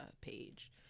page